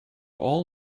all